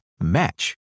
match